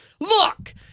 look